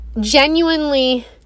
genuinely